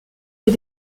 des